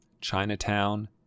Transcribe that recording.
Chinatown